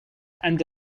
and